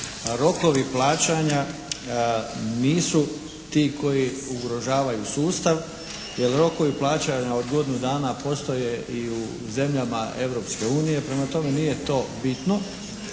rokovi plaćanja nisu ti koji ugrožavaju sustav jer rokovi plaćanja od godinu dana postoje i u zemljama Europske unije. Prema tome nije to bitno.